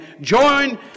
join